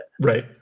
Right